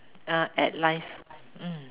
uh at life mm